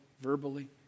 verbally